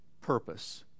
purpose